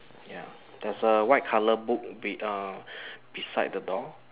ya there's a white color book be~ um beside the door